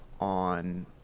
on